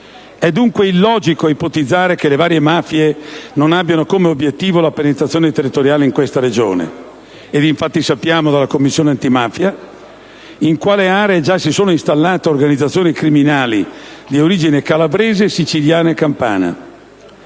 È dunque illogico ipotizzare che le varie mafie non abbiano come obiettivo la penetrazione territoriale in questa regione e dalla Commissione antimafia sappiamo - infatti - in quali aree già si sono installate organizzazioni criminali di origine calabrese, siciliana e campana.